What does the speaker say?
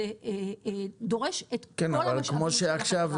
זה דורש את כל המשאבים של החקירה.